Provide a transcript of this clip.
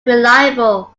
reliable